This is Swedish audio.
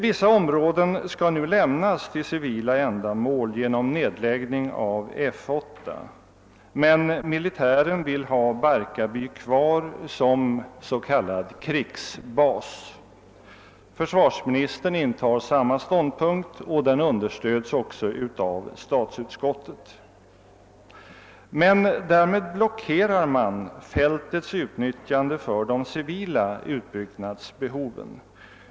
Vissa områden skall nu lämnas till civila ändamål genom nedläggning av F 8, men militären vill ha Barkarby kvar som s.k. krigsbas. Försvarsministern intar samma ståndpunkt, och den understöds också av statsutskottet. Men därmed blockerar man fältets utnyttjande för de civila utbyggnadsbehoven.